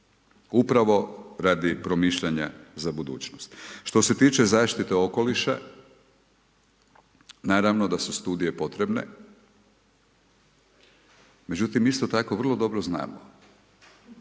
upravo radi promišljanja za budućnost. Što se tiče zaštite okoliša, naravno da su studije potrebne. Međutim, isto tako vrlo dobro znamo